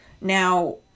Now